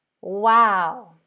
Wow